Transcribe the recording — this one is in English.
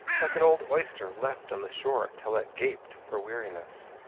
like an old oyster left on the shore till it gaped for weariness.